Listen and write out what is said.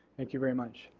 thank you very much.